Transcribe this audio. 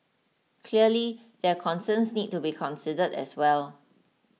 clearly their concerns need to be considered as well